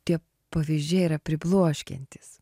tie pavyzdžiai yra pribloškiantys